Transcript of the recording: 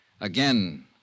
Again